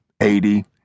Eighty